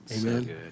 Amen